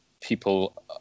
people